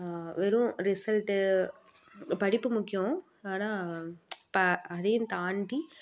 வெறும் ரிசல்ட்டு படிப்பு முக்கியம் ஆனால் இப்போ அதையும் தாண்டி